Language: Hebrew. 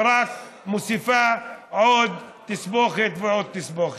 ורק מוסיפה עוד תסבוכת ועוד תסבוכת.